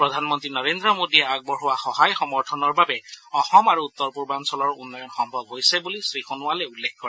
প্ৰধানমন্ত্ৰী নৰেন্দ্ৰ মোদীয়ে আগবঢ়োৱা সহায় সমৰ্থনৰ বাবে অসম আৰু উত্তৰ পূৰ্বাঞলৰ উন্নয়ন সম্ভৱ হৈছে বুলি শ্ৰীসোণোৰালে উল্লেখ কৰে